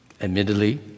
admittedly